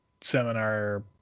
seminar